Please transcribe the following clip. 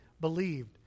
believed